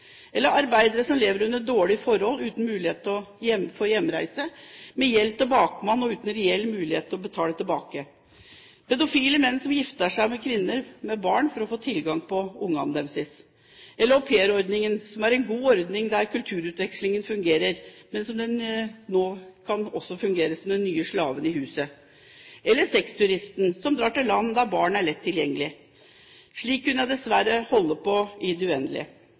eller arbeidere som lever under dårlige forhold uten mulighet for hjemreise, med gjeld til bakmann uten reell mulighet til å betale tilbake. Det er pedofile menn som gifter seg med kvinner med barn for å få tilgang på ungene deres, eller aupairordningen, som er en god ordning der kulturutvekslingen fungerer, men som nå også kan fungere slik at man blir den nye slaven i huset. Eller så er det sexturisten som drar til land der barn er lett tilgjenglig. Slik kunne jeg dessverre holde på i det uendelige.